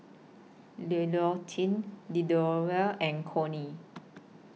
and Connie